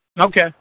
Okay